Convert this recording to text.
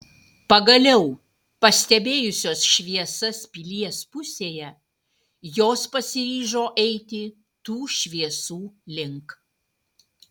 pagaliau pastebėjusios šviesas pilies pusėje jos pasiryžo eiti tų šviesų link